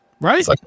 right